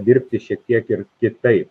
dirbti šiek tiek ir kitaip